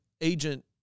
Agent